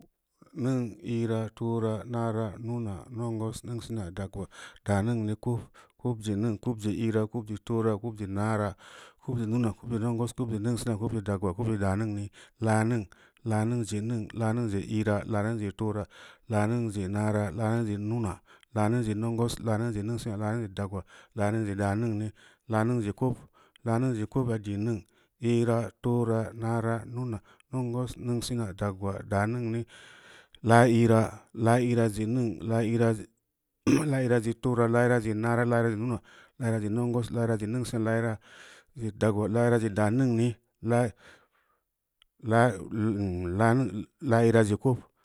Ningn, iira, toora, naara, nuna nongos, mingsena, dagula, daningni, kobi kob-je mingn, kob-je-iira, kob-je-toora, kob-je-naara kob-je-nunu, kobje-nongos, kob-je-dagula, kob-je-daaningni, laa-ningn laa ningn-je-ningn, laa-ningn-je-iira, laa-ningn-je-toora, laa-ningn-je-naara, laa-ningn-je-nuna, laa-ningn-je-nongos, laa-ningn-je-dagula, laa-ningn-je-daningni, laa-ningn-je-kob, laa-ningn-je-kob yaa dii ningn, iira toora, naara, nuna, nongos, ningsena, dagula, daningni laa-iira, laa-iira-je-ningn, laa-iira-je-iira, laa-iira-je-toora, laa-iira-je-naara, laa-iira-je-nuna, laa-iira-je-nongos, laa-iira-je-ningsena, laa-iira-je-dagula, laa-iira-je-daningni, laa-laa-laa-laa -iira-je-kob.